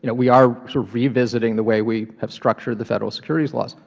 you know we are sort of revisiting the way we have structured the federal securities laws,